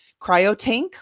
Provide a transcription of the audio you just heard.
cryotank